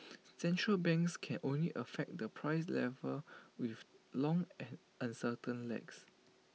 central banks can only affect the price level with long and uncertain lags